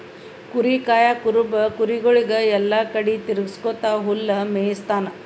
ಕುರಿ ಕಾಯಾ ಕುರುಬ ಕುರಿಗೊಳಿಗ್ ಎಲ್ಲಾ ಕಡಿ ತಿರಗ್ಸ್ಕೊತ್ ಹುಲ್ಲ್ ಮೇಯಿಸ್ತಾನ್